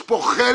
יש פה חלם.